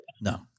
No